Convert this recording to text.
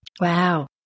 Wow